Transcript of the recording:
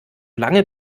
lange